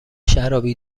شرابی